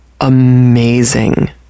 amazing